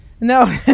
No